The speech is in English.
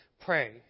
pray